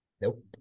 Nope